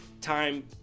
time